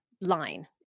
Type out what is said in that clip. line